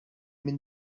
minn